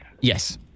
Yes